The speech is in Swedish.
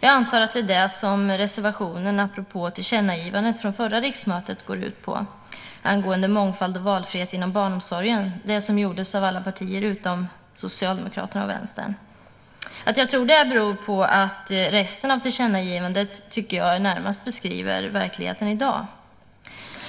Jag antar att det är det som reservationen apropå tillkännagivandet från förra riksmötet går ut på, alltså det tillkännagivande om mångfald och valfrihet inom barnomsorgen som gjordes av alla partier utom Socialdemokraterna och Vänstern. Att jag tror det beror på att resten av tillkännagivandet närmast beskriver verkligheten i dag.